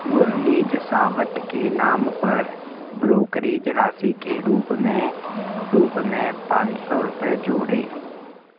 मुरली जसावत के नाम पर ब्रोकरेज राशि के रूप में रूप में पाँच सौ रुपये जोड़ें